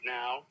now